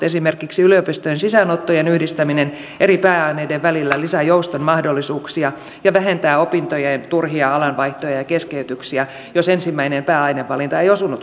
esimerkiksi yliopistojen sisäänottojen yhdistäminen eri pääaineiden välillä lisää jouston mahdollisuuksia ja vähentää opintojen turhia alanvaihtoja ja keskeytyksiä jos ensimmäinen pääainevalinta ei osunutkaan oikeaan